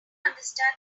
understand